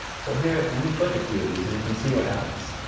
so here let me click a few of these and you can see what happens.